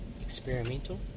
experimental